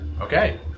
okay